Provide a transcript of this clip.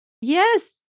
Yes